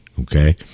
Okay